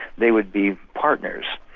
they would be partners.